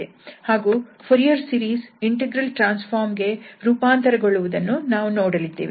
ಹಾಗೂ Fourier series integral transform ಗೆ ರೂಪಾಂತರಗೊಳ್ಳುವುದನ್ನು ನಾವು ನೋಡಲಿದ್ದೇವೆ